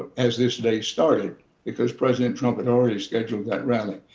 as this day started because president trump had already scheduled that rally.